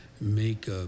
make